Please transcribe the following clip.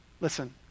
Listen